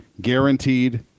Guaranteed